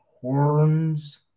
Horns